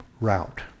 route